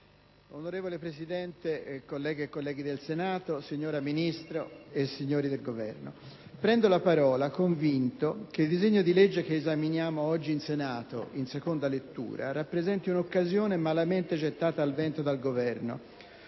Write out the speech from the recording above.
Onorevole Presidente, colleghe e colleghi del Senato, signora Ministro e signori del Governo, prendo la parola convinto che il disegno di legge che esaminiamo oggi in Senato, in seconda lettura, rappresenti un'occasione malamente gettata al vento dal Governo;